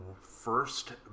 first